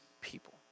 people